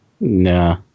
Nah